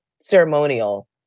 ceremonial